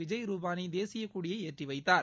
விஜய் ரூபானி தேசியக்கொடியை ஏற்றி வைத்தார்